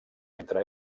entre